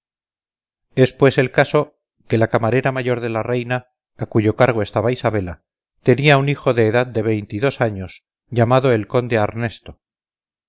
pues el caso que la camarera mayor de la reina a cuyo cargo estaba isabela tenía un hijo de edad de veinte y dos años llamado el conde arnesto